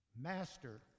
Master